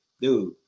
dude